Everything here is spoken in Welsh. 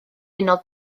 unol